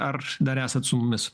ar dar esat su mumis